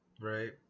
right